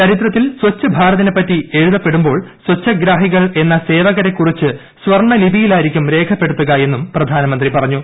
ചരിത്രത്തിൽ സ്വച്ഛ് ഭാരതിനെപ്പറ്റി എഴുതപ്പെടുമ്പോൾ സ്വച്ഛഗ്രാഹികൾ എന്ന സേവകരെക്കുറിച്ച് സ്വർണ്ണലിപിയിലായിരിക്കും എന്നും പ്രധാനമന്ത്രി പറഞ്ഞു